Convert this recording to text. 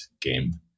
game